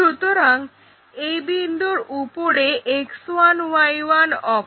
সুতরাং ওই বিন্দুর উপরে X1Y1 অক্ষ